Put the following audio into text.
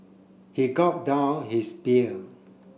he gulp down his beer